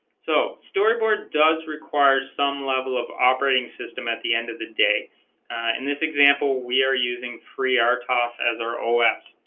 so storyboard does require some level of operating system at the end of the day in this example we are using free our tops as our our os